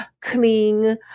clean